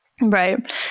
Right